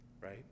right